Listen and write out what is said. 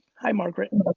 hi, margaret. and